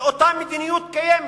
לאותה מדיניות קיימת.